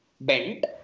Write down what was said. bent